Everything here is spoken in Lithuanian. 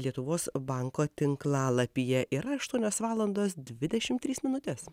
lietuvos banko tinklalapyje yra aštuonios valandos dvidešim trys minutės